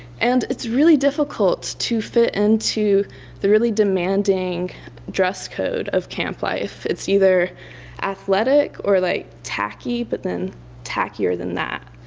and it's really difficult to fit into the really demanding dress code of camp life. it's either athletic or like, tacky but then tackier than that